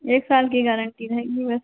एक साल की गारन्टी रहेगी बस